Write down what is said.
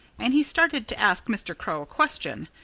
and he started to ask mr. crow a question.